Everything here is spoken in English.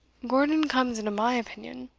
gordon comes into my opinion.